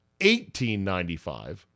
1895